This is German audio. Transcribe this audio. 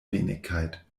wenigkeit